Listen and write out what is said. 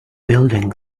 building